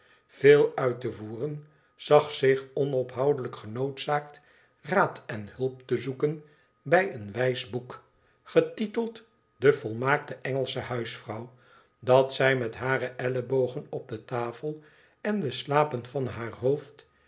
veel uit te voeren zag zich onophoudelijk genoodzaakt raad en hulp te zoeken bij een wijs boek getiteld de volmaakte ëngelsche huisvrouw dat zij met hare ellebogen op de tafel en de slapen van haar hoofd